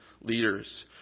leaders